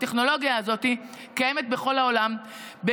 הטכנולוגיה הזאת קיימת בכל העולם,